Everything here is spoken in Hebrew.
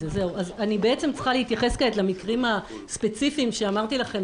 בעצם צריכה להתייחס כעת למקרים הספציפיים שאמרתי לכם,